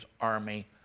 Army